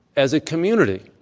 as a community,